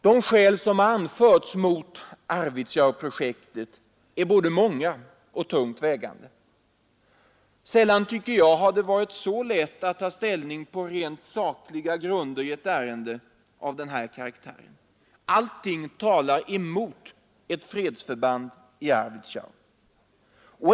De skäl som anförts mot Arvidsjaurprojektet är både många och tungt vägande. Sällan har det, tycker jag, varit så lätt att ta ställning på rent sakliga grunder i ett ärende av denna karaktär. Allt talar mot ett fredsförband i Arvidsjaur.